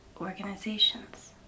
organizations